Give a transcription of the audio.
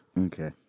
Okay